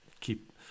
keep